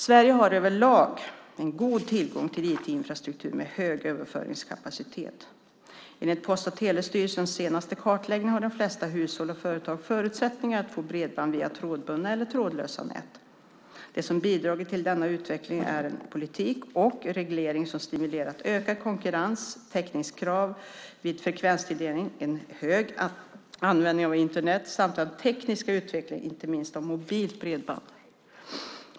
Sverige har överlag en god tillgång till IT-infrastruktur med hög överföringskapacitet. Enligt Post och telestyrelsens senaste kartläggning har de flesta hushåll och företag förutsättningar att få bredband via trådbundna eller trådlösa nät. Det som bidragit till denna utveckling är en politik och reglering som stimulerat ökad konkurrens, täckningskrav vid frekvenstilldelning, en hög användning av Internet samt en teknisk utveckling, inte minst av mobilt bredband.